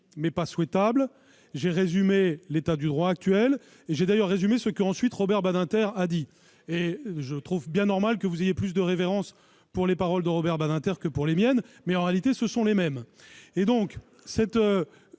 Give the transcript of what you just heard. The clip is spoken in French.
mais pas souhaitable », j'ai résumé l'état du droit actuel et j'ai résumé ce qu'ensuite Robert Badinter a dit. Il est bien normal que vous ayez plus de révérence pour les paroles de Robert Badinter que pour les miennes, mais en réalité ce sont les mêmes ! Exactement